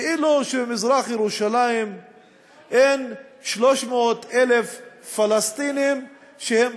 כאילו במזרח ירושלים אין 300,000 פלסטינים שהם